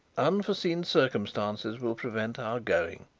unforeseen circumstances will prevent our going,